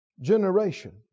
generation